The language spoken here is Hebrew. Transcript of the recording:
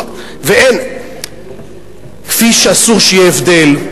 גם באיכות הרופאים.